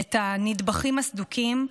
את הנדבכים הסדוקים,